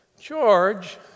George